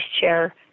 chair